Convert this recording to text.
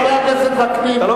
חבר הכנסת וקנין, אני רוצה להסביר.